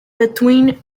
between